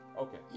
Okay